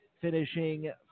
finishing